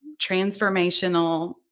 transformational